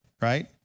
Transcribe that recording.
right